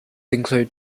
include